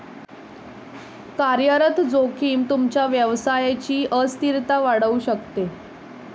कार्यरत जोखीम तुमच्या व्यवसायची अस्थिरता वाढवू शकते